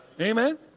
Amen